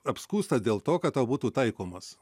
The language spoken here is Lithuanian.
apskųstas dėl to kad tau būtų taikomas